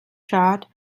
schart